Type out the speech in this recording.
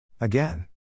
Again